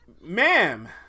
Ma'am